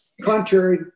contrary